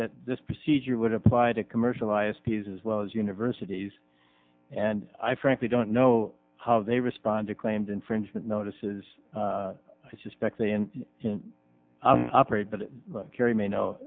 that this procedure would apply to commercialise piece as well as universities and i frankly don't know how they respond to claimed infringement notices i suspect they in operate but kerry may know